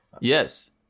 Yes